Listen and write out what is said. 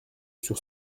sur